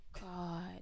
God